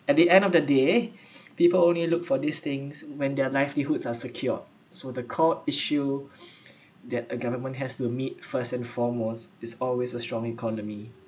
at the end of the day people only look for these things when their livelihoods are secured so the core issue thei~ a government has to meet first and foremost is always a strong economy